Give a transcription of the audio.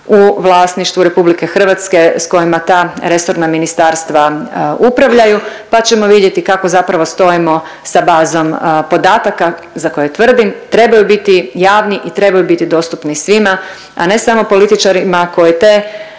u vlasništvu RH s kojima ta resorna ministarstva upravljaju pa ćemo vidjeti kako zapravo stojimo sa bazom podataka za koje tvrdim trebaju biti javni i trebaju biti dostupni svima, a ne samo političarima koji te